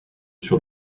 sur